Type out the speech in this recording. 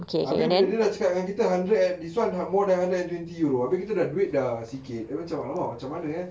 habis bila dia nak cakap dengan kita hundred and this one ah more than hundred twenty euro habis kita dah duit dah sikit then kita macam !alamak! macam mana eh